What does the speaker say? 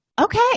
okay